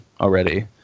already